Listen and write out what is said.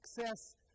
access